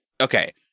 okay